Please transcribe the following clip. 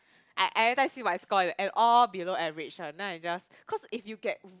I everytime see my score that all below average lah and I just cause if you get